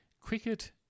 Cricket